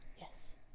Yes